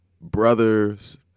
brothers